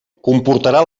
comportarà